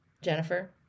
Jennifer